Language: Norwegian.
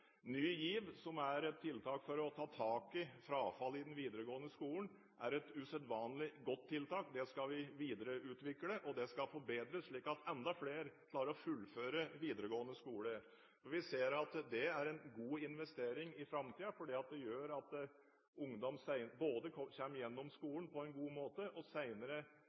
Ny GIV, som er et tiltak for å ta tak i frafall i den videregående skolen, er et usedvanlig godt tiltak. Det skal vi videreutvikle og det skal forbedres, slik at enda flere klarer å fullføre videregående skole. Vi ser at det er en god investering i framtiden, fordi det gjør at ungdom kommer gjennom skolen på en god måte og